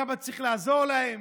כמה צריך לעזור להם.